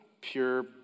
pure